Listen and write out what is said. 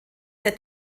der